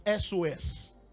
SOS